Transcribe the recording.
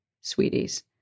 sweeties